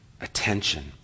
attention